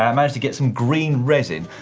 um managed to get some green resin.